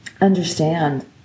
understand